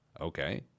Okay